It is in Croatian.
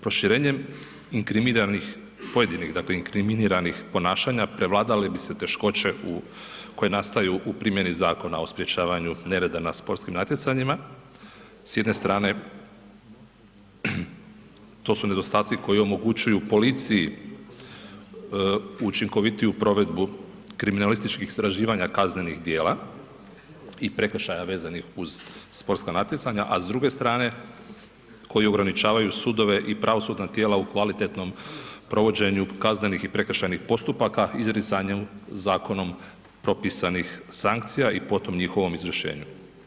Proširenjem inkriminiranih, pojedinih, dakle inkriminiranih ponašanja prevladavale bi se teškoće u, koje nastaju u primjeni Zakona o sprječavanju nereda na sportskim natjecanjima, s jedne strane to su nedostaci koji omogućuju policiji učinkovitiju provedbu kriminalističkih istraživanja kaznenih djela i prekršaja vezanih uz sportska natjecanja, a s druge strane koji ograničavaju sudove i pravosudna tijela u kvalitetnom provođenju kaznenih i prekršajnih postupaka izricanju zakonom propisanih sankcija i potom njihovom izvršenju.